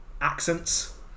accents